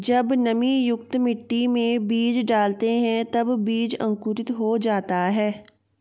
जब नमीयुक्त मिट्टी में बीज डालते हैं तब बीज अंकुरित हो जाता है